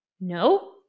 No